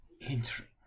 entering